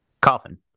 Coffin